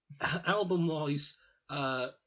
Album-wise